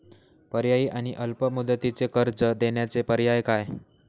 पर्यायी आणि अल्प मुदतीचे कर्ज देण्याचे पर्याय काय?